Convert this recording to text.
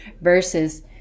versus